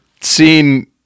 seen